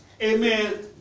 Amen